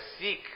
Seek